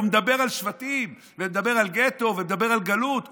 והוא מדבר על שבטים ומדבר על גטו ומדבר על גלות,